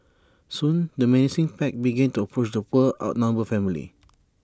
soon the menacing pack began to approach the poor outnumbered family